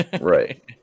Right